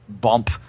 bump